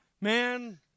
Man